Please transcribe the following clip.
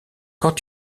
quand